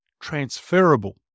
transferable